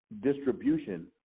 distribution